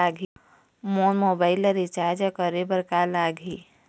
मोर mobile ला recharge करे बर का लगही?